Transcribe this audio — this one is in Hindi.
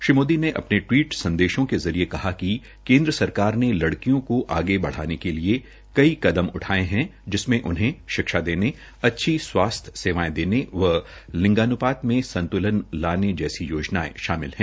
श्री मोदी ने अपने टवीट संदर्शो के जरिये कहा कि केन्द्र सरकार ने लड़कियों का आगे बढ़ाने के लिए कई कदम उठाये है जिसमें शिक्षा देने अच्छी स्वास्थ्य सेवायें देने व लिंगान्पात में संतल्न लाने जैसी योजनायें शामिल है